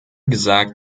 gesagt